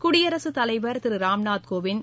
குடியரசுத் தலைவர் திரு ராம்நாத் கோவிந்த்